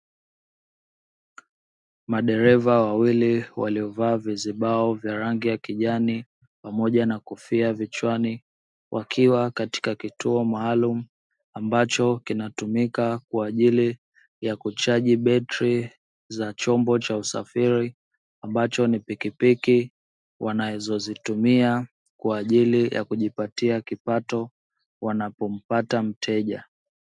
Madereva wawili walio vaa vizibao vya rangi ya kijani, pamoja na kofia vichwani, wakiwa katika kituo maalumu ambacho kinatumika kwa ajili ya kuchaji betri za chombo cha usafiri ambacho ni pikipiki, wanazozitumia kwa ajili ya kujipatia kipato wanapopata mteja.